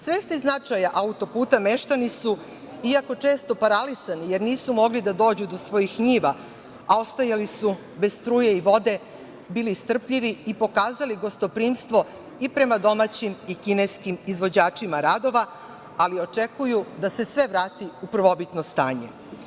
Svesni značaja autoputa, meštani su, iako često paralisani jer nisu mogli da dođu do svojih njiva, a ostajali su bez struje i vode, bili strpljivi i pokazali gostoprimstvo i prema domaćim i kineskim izvođačima radova, ali očekuju da se sve vrati u prvobitno stanje.